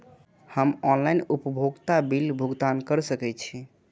हम ऑनलाइन उपभोगता बिल भुगतान कर सकैछी?